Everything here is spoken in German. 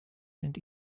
sind